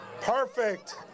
Perfect